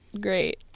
Great